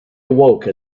awoke